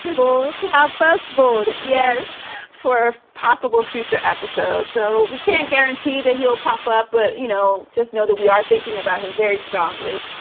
put our first vote yes for possible future episode. so we can't guarantee that he'll pop up. but, you know, just know that we are thinking about him very strongly.